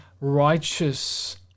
righteous